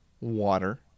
Water